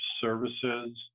services